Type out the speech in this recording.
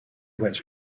was